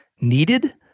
needed